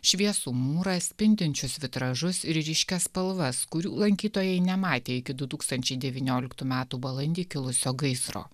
šviesų mūrą spindinčius vitražus ir ryškias spalvas kurių lankytojai nematė iki du tūkstančiai devynioliktų metų balandį kilusio gaisro